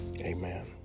Amen